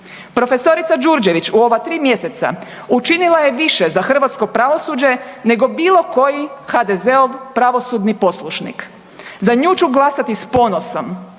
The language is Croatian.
Prof. Đurđević u ova tri mjeseca učinila je više za hrvatsko pravosuđe nego bilo koji HDZ-ov pravosudni poslušnik. Za nju ću glasati sa ponosom